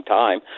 time